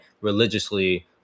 religiously